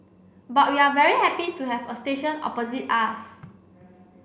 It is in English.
but we are very happy to have a station opposite us